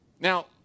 Now